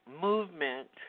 movement